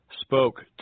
spoke